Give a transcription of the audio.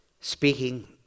speaking